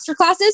masterclasses